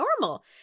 normal